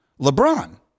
LeBron